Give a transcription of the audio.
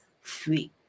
free